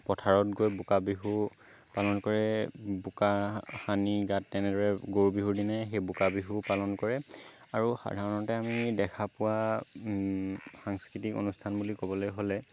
পথাৰত গৈ বোকা বিহু পালন কৰে বোকা সানি গাত তেনেদৰে গৰু বিহুৰ দিনাই সেই বোকা বিহু পালন কৰে আৰু সাধাৰণতে আমি দেখা পোৱা সাংস্কৃতিক অনুষ্ঠান বুলি ক'বলৈ হ'লে